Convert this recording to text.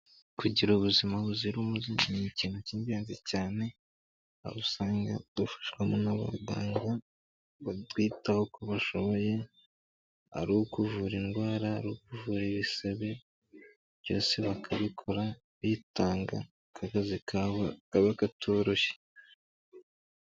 Kugira ubuzima buzira umuze ni ikintu cy'ingenzi cyane aho usanga dufashwamo n'abaganga batwitaho uko bashoboye ari ukuvura indwara ruvu ibisebe byose bakabikora bitanga, aka kazi kaba katoroshye.